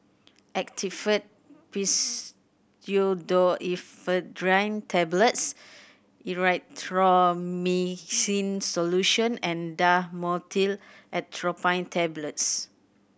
Actifed Pseudoephedrine Tablets Erythroymycin Solution and Dhamotil Atropine Tablets